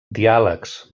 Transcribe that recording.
diàlegs